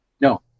No